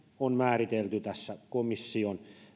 on määritelty komission